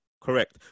Correct